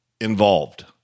involved